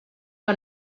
que